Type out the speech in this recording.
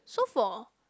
so for